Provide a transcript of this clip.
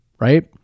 right